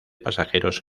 pasajeros